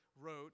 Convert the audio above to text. wrote